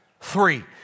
Three